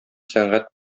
сәнгать